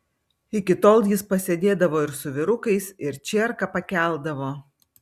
iki tol jis pasėdėdavo ir su vyrukais ir čierką pakeldavo